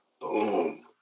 boom